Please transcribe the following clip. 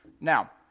Now